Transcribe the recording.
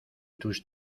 tus